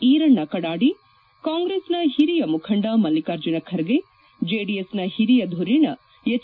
ಈರಣ್ಣ ಕಡಾಡಿ ಕಾಂಗ್ರೆಸ್ನ ಹಿರಿಯ ಮುಖಂಡ ಮಲ್ಲಿಕಾರ್ಜುನ ಖರ್ಗೆ ಜೆಡಿಎಸ್ನ ಹಿರಿಯ ಧುರೀಣ ಎಚ್